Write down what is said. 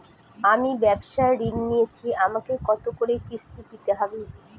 আমি ব্যবসার ঋণ নিয়েছি আমাকে কত করে কিস্তি দিতে হবে?